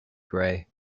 gray